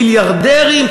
מיליארדרים,